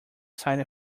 side